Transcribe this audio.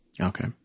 Okay